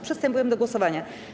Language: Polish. Przystępujemy do głosowania.